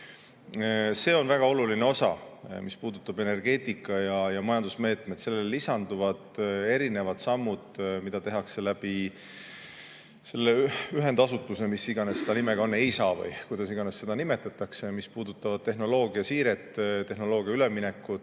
See on väga oluline osa, mis puudutab energeetika‑ ja majandusmeetmeid. Sellele lisanduvad erinevad sammud, mida tehakse läbi selle ühendasutuse, mis iganes nimega ta on, EISA või kuidas iganes seda nimetatakse, mis puudutavad tehnoloogiasiiret, tehnoloogia üleminekut,